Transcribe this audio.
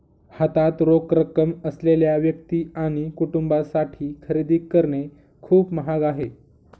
हातात रोख रक्कम असलेल्या व्यक्ती आणि कुटुंबांसाठी खरेदी करणे खूप महाग आहे